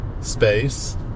space